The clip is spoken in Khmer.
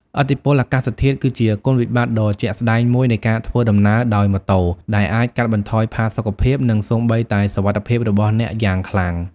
ឥទ្ធិពលអាកាសធាតុ គឺជាគុណវិបត្តិដ៏ជាក់ស្តែងមួយនៃការធ្វើដំណើរដោយម៉ូតូ ដែលអាចកាត់បន្ថយផាសុកភាព និងសូម្បីតែសុវត្ថិភាពរបស់អ្នកយ៉ាងខ្លាំង។